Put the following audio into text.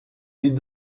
est